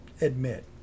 admit